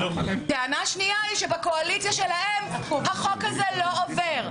טענה שנייה היא שבקואליציה שלהם החוק הזה לא עובר.